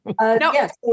yes